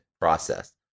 process